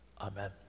Amen